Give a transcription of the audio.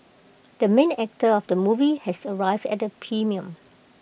the main actor of the movie has arrived at the premiere